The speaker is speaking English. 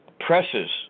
presses